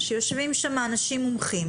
שיושבים שם אנשים מומחים,